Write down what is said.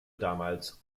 damals